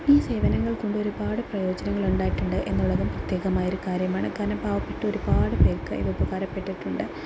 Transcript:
ഈ സേവനങ്ങൾ കൊണ്ട് ഒരുപാട് പ്രയോജങ്ങൾ ഉണ്ടായിട്ടുണ്ട് എന്നുള്ളതും പ്രത്യേകമായ ഒരു കാര്യമാണ് കാരണം പാവപെട്ട ഒരുപാട് പേർക്ക് ഇത് ഉപകാരപ്പെട്ടിട്ടുണ്ട്